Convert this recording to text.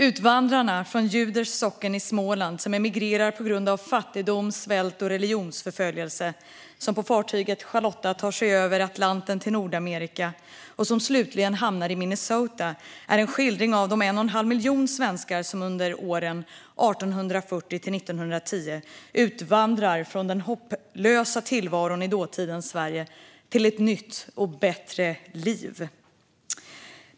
Utvandrarna , om paret från Ljuders socken i Småland som emigrerar på grund av fattigdom, svält och religionsförföljelse och på fartyget Charlotta tar sig över Atlanten till Nordamerika och slutligen hamnar i Minnesota, är en skildring av de 1 1⁄2 miljon svenskar som under åren 1840-1910 utvandrade från den hopplösa tillvaron i dåtidens Sverige till ett nytt, bättre liv.